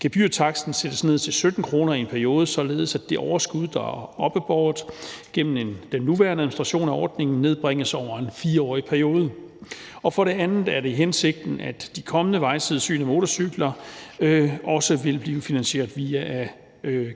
Gebyrtaksten sættes ned til 17 kr. i en periode, således at det overskud, der er oppebåret gennem den nuværende administration af ordningen, nedbringes over en 4-årig periode. For det andet er det hensigten, at de kommende vejsidesyn af motorcykler også vil blive finansieret via